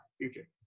future